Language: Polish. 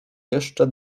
jeszcze